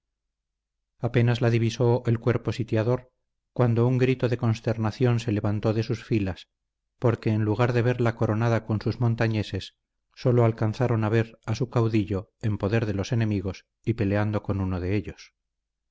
apenas la divisó el cuerpo sitiador cuando un grito de consternación se levantó de sus filas porque en lugar de verla coronada con sus montañeses sólo alcanzaron a ver a su caudillo en poder de los enemigos y peleando con uno de ellos